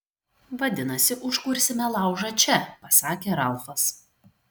vadinasi užkursime laužą čia pasakė ralfas